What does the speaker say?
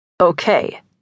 Okay